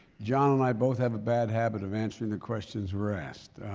john and i both have a bad habit of answering the questions we're asked.